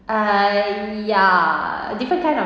I ya different kind of